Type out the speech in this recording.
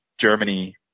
Germany